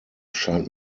scheint